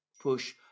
push